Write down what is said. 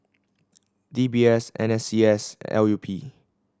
D B S N S C S L U P